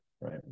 right